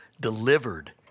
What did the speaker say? delivered